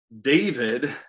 David